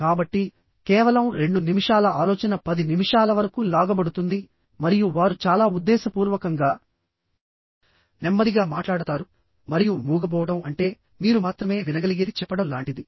కాబట్టికేవలం 2 నిమిషాల ఆలోచన 10 నిమిషాల వరకు లాగబడుతుంది మరియు వారు చాలా ఉద్దేశపూర్వకంగా నెమ్మదిగా మాట్లాడతారు మరియు మూగబోవడం అంటే మీరు మాత్రమే వినగలిగేది చెప్పడం లాంటిది